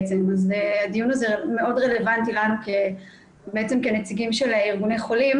אז הדיון הזה מאוד רלוונטי כנציגים של ארגוני החולים.